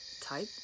type